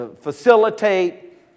facilitate